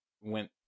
went